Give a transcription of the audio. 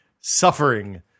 suffering